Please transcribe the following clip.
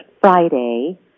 Friday